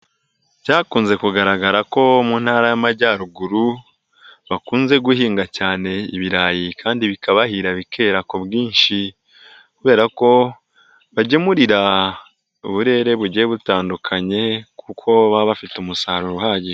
Byakunze kugaragara ko mu ntara y'amajyaruguru bakunze guhinga cyane ibirayi kandi bikabahira bike ku bwinshi kubera ko bagemurira uburere bugiye butandukanye kuko baba bafite umusaruro uhagije.